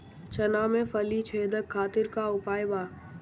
चना में फली छेदक खातिर का उपाय बा?